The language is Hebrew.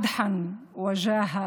מתווספים לה שבחים ומעמד רם.